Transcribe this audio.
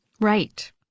Right